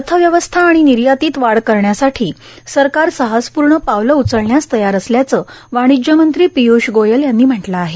अर्थव्यवस्था आणि निर्यातीत वाढ करण्यासाठी सरकार साहसपूर्ण पावलं उचलण्यास तयार असल्याचं वाणिज्य मंत्री पिय़ष गोयल यांनी म्हटलं आहे